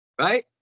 right